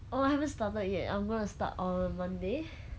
oh I haven't started yet I'm gonna start on monday